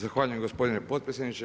Zahvaljujem gospodine potpredsjedniče.